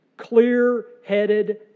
clear-headed